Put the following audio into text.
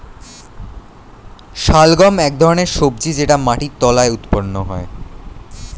শালগম এক ধরনের সবজি যেটা মাটির তলায় উৎপন্ন হয়